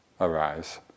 arise